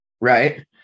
right